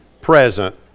present